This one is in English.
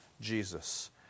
Jesus